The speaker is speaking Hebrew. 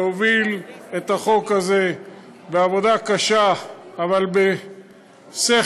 שהוביל את החוק הזה בעבודה קשה אבל בשכל